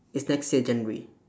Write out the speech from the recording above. it's next year january